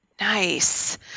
Nice